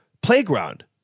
playground